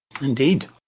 Indeed